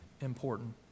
important